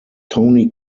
tony